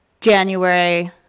January